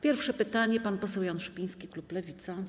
Pierwsze pytanie pan poseł Jan Szopiński, klub Lewica.